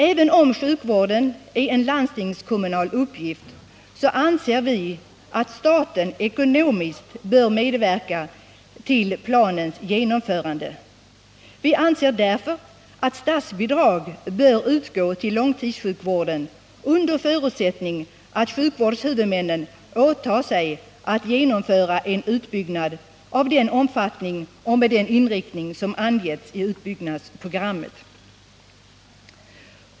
Även om sjukvården är en landstingskommunal uppgift, anser vi att staten ekonomiskt bör medverka till planens genomförande. Statsbidrag bör enligt vår mening utgå till långtidssjukvården under förutsättning att sjukvårdshu vudmännen åtar sig att genomföra en utbyggnad av den omfattning och den inriktning som angivits i utbyggnadsprogrammet.